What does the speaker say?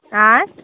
आंय